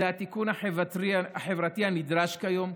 זה התיקון החברתי הנדרש כיום.